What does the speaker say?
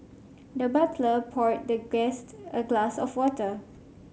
the butler poured the guest a glass of water